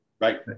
Right